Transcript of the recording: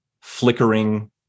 flickering